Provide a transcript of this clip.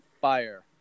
fire